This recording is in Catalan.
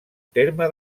terme